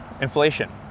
Inflation